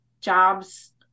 jobs